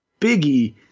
Biggie